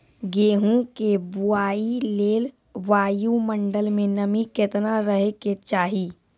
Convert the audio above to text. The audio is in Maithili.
गेहूँ के बुआई लेल वायु मंडल मे नमी केतना रहे के चाहि?